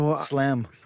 slam